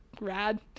rad